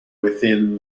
within